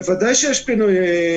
בוודאי שיש פינוי.